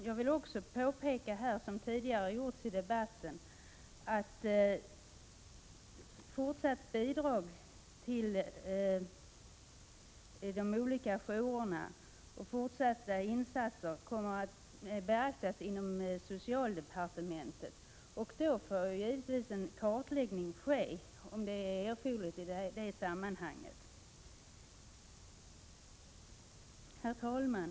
Jag vill här påpeka, vilket även gjorts tidigare i debatten, att fortsatta bidrag till de olika jourerna och fortsatta insatser kommer att beaktas inom socialdepartementet. Då får det givetvis ske en kartläggning om huruvida detta är erforderligt. Herr talman!